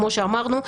כמו שאמרנו.